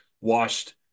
washed